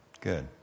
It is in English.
Good